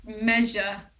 measure